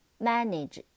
Manage